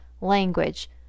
language